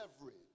leverage